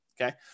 Okay